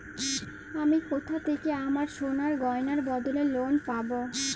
আমি কোথা থেকে আমার সোনার গয়নার বদলে লোন পাবো?